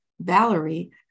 Valerie